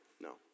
No